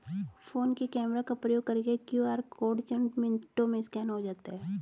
phone के camera का प्रयोग करके क्यू.आर कोड चंद मिनटों में स्कैन हो जाता है